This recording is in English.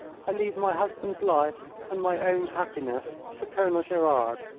i leave my husband's life and my own happiness to colonel gerard,